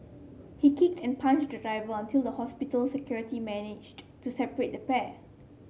he kicked and punched the driver until the hospital security managed to separate the pair